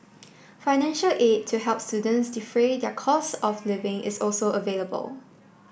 financial aid to help students defray their costs of living is also available